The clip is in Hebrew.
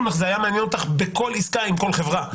לך זה היה מעניין אותך בכל עסקה עם כל חברה,